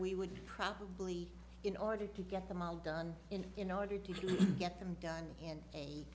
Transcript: we would probably in order to get them all done in in order to get them done in a